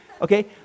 Okay